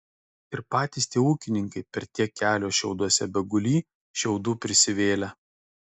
ir patys tie ūkininkai per tiek kelio šiauduose begulį šiaudų prisivėlę